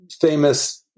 Famous